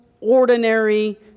ordinary